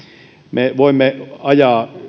me voimme